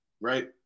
right